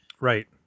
right